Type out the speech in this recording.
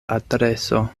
adreso